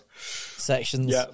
sections